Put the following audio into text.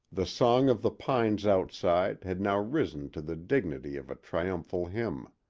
the song of the pines outside had now risen to the dignity of a triumphal hymn.